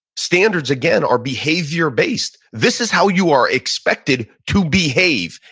standards again are behavior based. this is how you are expected to behave.